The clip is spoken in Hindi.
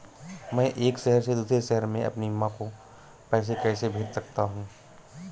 मैं एक शहर से दूसरे शहर में अपनी माँ को पैसे कैसे भेज सकता हूँ?